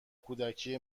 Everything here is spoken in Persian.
کودکی